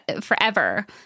forever